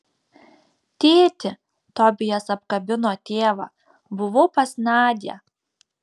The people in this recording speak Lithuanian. tėti tobijas apkabino tėvą buvau pas nadią